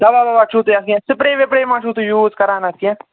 دَوا وَوا چھُو تُہۍ اَتھ کیٚنٛہہ سِپرٛے وِپرٛے مَہ چھُو تُہۍ یوٗز کران اَتھ کیٚنٛہہ